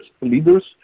leaders